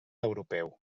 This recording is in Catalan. europeu